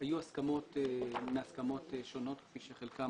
מאוד משמעותיות שעושים אותן בחקיקה